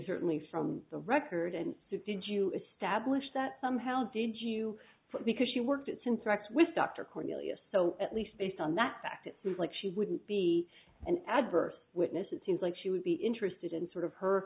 certainly from the record and did you establish that somehow did you because she worked at since recs with dr cornelius so at least based on that fact it seems like she wouldn't be an adverse witness it seems like she would be interested in sort of her